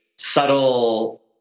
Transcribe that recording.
Subtle